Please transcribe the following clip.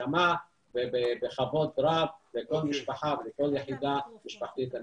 בהסכמה ובכבוד רב לכל משפחה ולכל יחידה משפחתית.